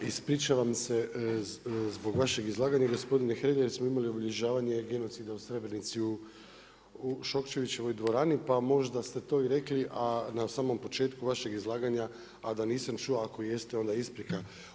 Ispričavam se zbog vašeg izlaganja gospodine Hrelja jer smo imali obilježavanje genocida u Srebrenici u Šokčevićevoj dvorani, pa možda ste to i rekli, a na samom početku vašeg izlaganja a da nisam čuo ako jeste, onda isprika.